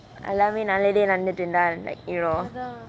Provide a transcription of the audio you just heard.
எல்லாமே நல்லதே நடந்துட்டு இருந்தா:yellamae nalathae nadanthutu irunthaa you know